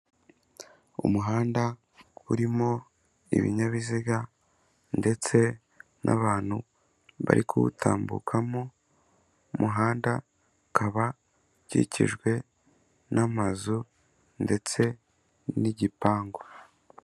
Umuhanda urimo ibinyabiziga ndetse n'abantu bari kuwutambukamo, umuhanda ukaba ukikijwe n'amazu ndetse n'igipangu.